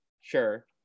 Sure